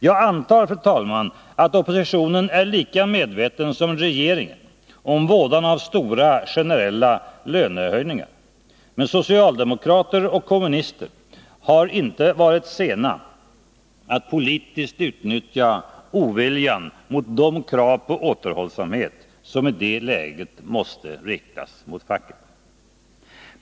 Jag antar, fru talman, att oppositionen är lika medveten som regeringen om vådan av stora generella lönehöjningar, men socialdemokrater och kommunister har inte varit sena att politiskt utnyttja oviljan mot de krav på återhållsamhet som i det läget måste riktas mot facket.